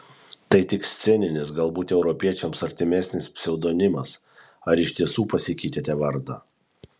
tai tik sceninis galbūt europiečiams artimesnis pseudonimas ar iš tiesų pasikeitėte vardą